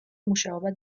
მუშაობა